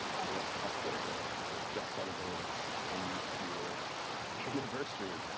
i work at politico. it just celebrated its ten year anniversary.